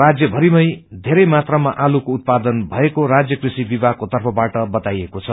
राज्य भरिनै बेरै मात्रामा आलूको उत्पाउन भएको राज्य कृषि विभागको तर्फबाट बताइएको छ